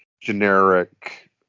generic